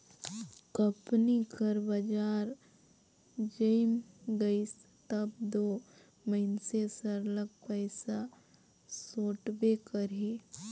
company कर बजार जइम गइस तब दो मइनसे सरलग पइसा सोंटबे करही